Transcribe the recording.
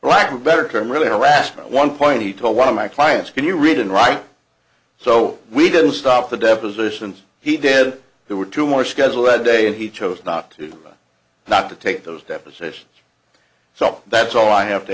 a better term really harassment one point he told one of my clients can you read and write so we didn't stop the depositions he did there were two more scheduled day and he chose not to not to take those depositions so that's all i have to